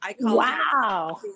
Wow